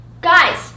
Guys